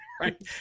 right